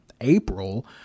April